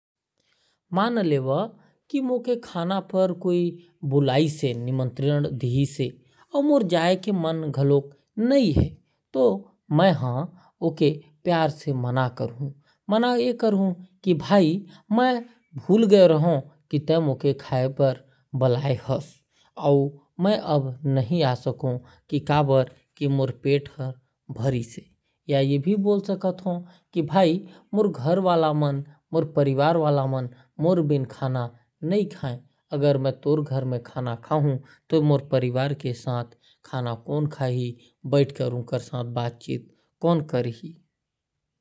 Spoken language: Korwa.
मान ल कोई मोला खाना पे बुलाइस है और मै नहीं जा पारो तो। मैं ओके बोल हु कि यार मैं भूल गए रहें या मोर तबीयत ठीक नहीं है। और मोर परिवार वाला मन मोर बिना खाना नहीं खा थे तो मैं नि आ पारो।